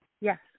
Yes